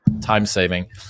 time-saving